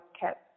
kept